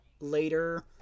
later